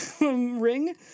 ring